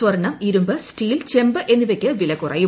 സ്വർണ്ണം ഇരുമ്പ് സ്റ്റീൽ ചെമ്പ് എന്നിവയ്ക്ക് വില കുറയും